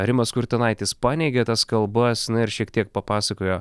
rimas kurtinaitis paneigė tas kalbas ir šiek tiek papasakojo